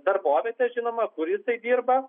darbovietė žinoma kur jisai dirba